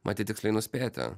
matyt tiksliai nuspėti